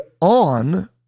on